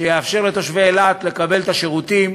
שיאפשר לתושבי אילת לקבל את השירותים,